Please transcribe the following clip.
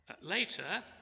Later